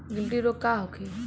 गिलटी रोग का होखे?